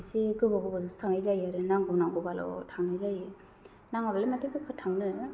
एसे गोबाव गोबावजोंसो थांनाय जायो आरो नांगौ नांगौबाल' थांनाय जायो नाङाबालाय माथो बेखार थांनो